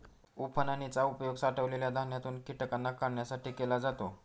उफणनी चा उपयोग साठवलेल्या धान्यातून कीटकांना काढण्यासाठी केला जातो